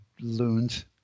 loons